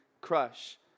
crush